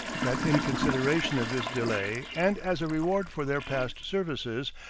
that in consideration of this delay, and as a reward for their past services,